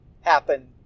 happen